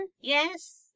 yes